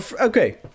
Okay